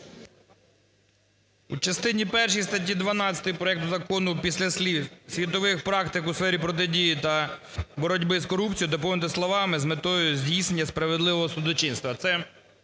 У частині першій статті 12 проекту закону після слів "світових практик у сфері протидії та боротьби з корупцією" доповнити словами "з метою здійснення справедливого судочинства".